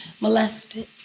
molested